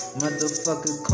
motherfucker